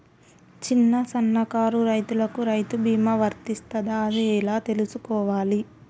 చిన్న సన్నకారు రైతులకు రైతు బీమా వర్తిస్తదా అది ఎలా తెలుసుకోవాలి?